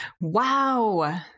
Wow